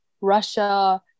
Russia